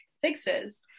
fixes